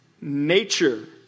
nature